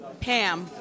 Pam